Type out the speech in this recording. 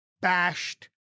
bashed